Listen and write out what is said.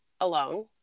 alone